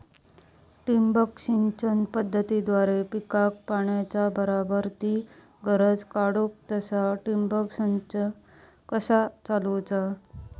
ठिबक सिंचन पद्धतीद्वारे पिकाक पाण्याचा बराबर ती गरज काडूक तसा ठिबक संच कसा चालवुचा?